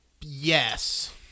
Yes